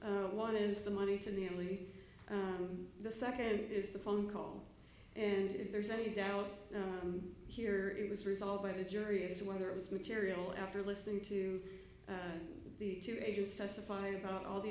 one is the money to the only the second is the phone call and if there's any doubt here it was resolved by the jury as to whether it was material after listening to the two agents testifying about all the